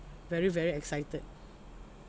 very very excited